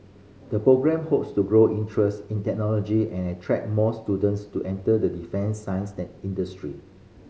the programme hopes to grow interest in technology and attract more students to enter the defence science industry